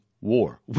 war